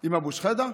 עם אבו שחאדה,